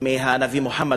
מהנביא מוחמד,